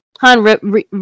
Hun